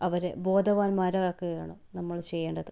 അവരെ ബോധവാന്മാരാക്കുകയാണ് നമ്മൾ ചെയ്യേണ്ടത്